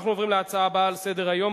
אנחנו עוברים להצעות הבאות על סדר-היום,